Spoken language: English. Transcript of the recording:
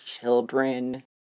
children